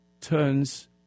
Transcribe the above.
turns